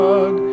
God